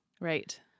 right